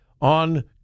on